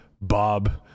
bob